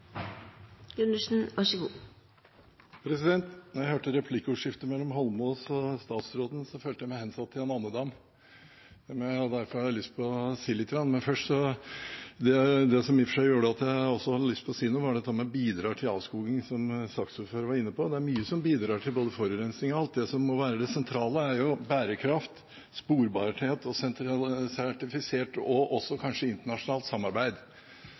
Holmås og statsråden, følte jeg meg hensatt til en andedam, og derfor har jeg lyst til å si lite grann. Men først: Det som også i og for seg gjorde at jeg hadde lyst til å si noe, var dette med at det «bidrar til avskoging», som saksordføreren var inne på. Det er mye som bidrar til forurensing og alt. Det som må være det sentrale, er bærekraft, sporbarhet, sertifisering og kanskje også internasjonalt samarbeid,